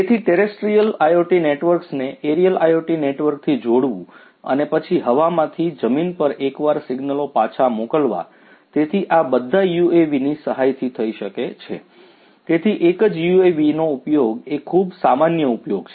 તેથી terrestrial IoT નેટવર્ક્સને aerial IoT નેટવર્કથી જોડવું અને પછી હવામાંથી જમીન પર એકવાર સિગ્નલો પાછા મોકલવા તેથી આ બધા UAVs ની સહાયથી થઈ શકે છે તેથી એક જ UAVs નો ઉપયોગ એ ખુબ સામાન્ય ઉપયોગ છે